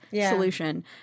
solution